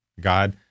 God